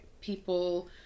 people